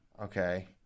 okay